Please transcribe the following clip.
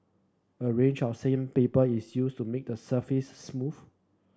a range of sandpaper is used to make the surface smooth